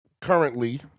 currently